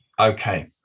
Okay